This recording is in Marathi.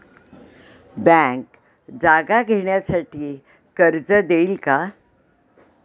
बँक जागा घेण्यासाठी कर्ज देईल का?